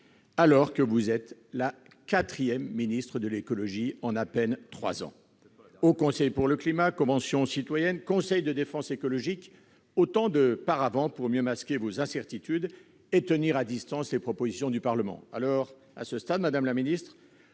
que vous êtes la quatrième ministre chargée de l'écologie en à peine trois ans. Haut Conseil pour le climat, Convention citoyenne, conseil de défense écologique ...: autant de paravents pour mieux masquer vos incertitudes et tenir à distance les propositions du Parlement. À ce stade, madame la ministre,